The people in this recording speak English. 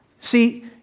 See